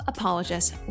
Apologists